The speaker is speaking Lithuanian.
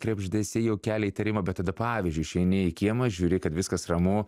krebždesiai jau kelia įtarimą bet tada pavyzdžiui išeini į kiemą žiūri kad viskas ramu